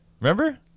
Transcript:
remember